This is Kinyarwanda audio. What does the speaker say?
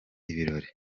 ibirori